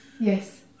yes